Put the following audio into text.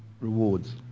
rewards